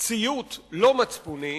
ציות לא סלקטיבי ולא מצפוני,